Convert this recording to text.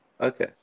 Okay